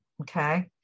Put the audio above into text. Okay